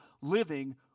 living